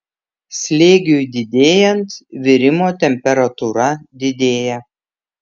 slėgiui didėjant virimo temperatūra didėja